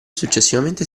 successivamente